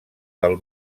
del